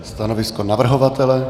Stanovisko navrhovatele?